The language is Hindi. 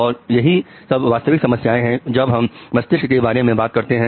और यही सब वास्तविक समस्याएं हैं जब हम मस्तिष्क के बारे में बात करते हैं